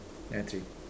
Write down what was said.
yeah three